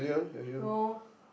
no